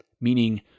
Meaning